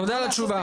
תודה על התשובה.